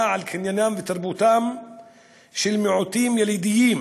על קניינם ותרבותם של מיעוטים ילידיים,